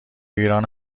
ایران